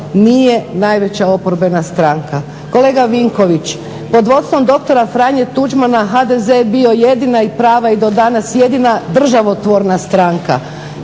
nije najveća oporbena stranka. Kolega Vinković pod vodstvom dr. Franje Tuđmana HDZ je bio jedina i prava i do danas jedina državotvorna stranka.